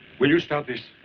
will you start this?